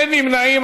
אין נמנעים.